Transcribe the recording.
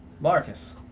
Marcus